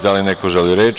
Da li neko želi reč?